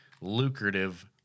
lucrative